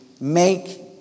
make